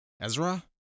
Ezra